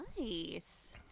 Nice